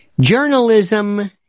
Journalism